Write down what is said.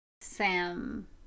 Sam